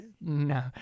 No